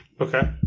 Okay